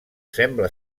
sembla